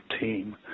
team